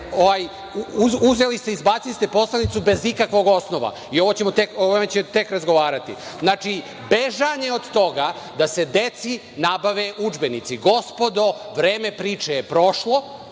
Radulović** Izbacili ste poslanicu bez ikakvog osnova i o ovome ćemo tek razgovarati. Znači, bežanje od toga da se deci nabave udžbenici. Gospodo, vreme priče je prošlo,